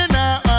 now